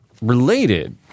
related